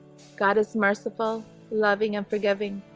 god is merciful loving and forgiving?